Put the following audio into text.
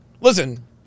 Listen